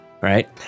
right